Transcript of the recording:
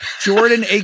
Jordan